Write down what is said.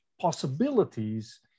possibilities